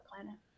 planet